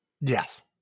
Yes